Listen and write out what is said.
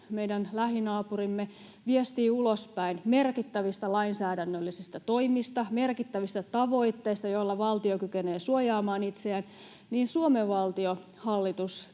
meidän lähinaapurimme, viestii ulospäin merkittävistä lainsäädännöllisistä toimista, merkittävistä tavoitteista, joilla valtio kykenee suojaamaan itseään, niin Suomen valtio, hallitus,